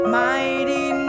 mighty